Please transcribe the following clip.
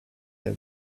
her